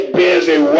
busy